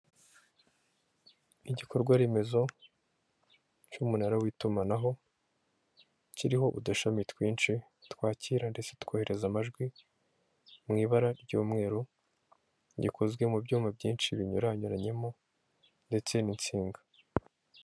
Igikorwa remezo cy'umunara w'itumanaho, kiriho udushami twinshi twakira ndetse tukohereza amajwi mu ibara ry'umweru, gikozwe mu byuma byinshi binyuranyuranyemo ndetse n'insinga.